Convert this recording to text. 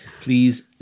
Please